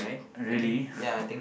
really